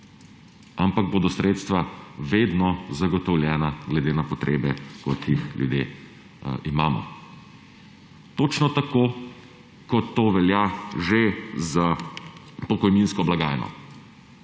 ampak bodo sredstva vedno zagotovljena glede na potrebe, kot jih ljudje imamo. Točno tako kot to velja že za pokojninsko blagajno.